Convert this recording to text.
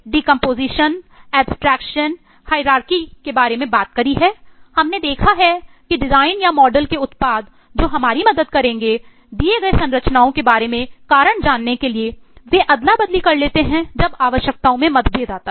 हमने देखा है कि डिजाइन या मॉडल के उत्पाद जो हमारी मदद करेंगे दिए गए संरचनाओं के बारे में कारण जानने के लिए वे अदला बदली कर लेते हैं जब आवश्यकताओं में मतभेद होता हैं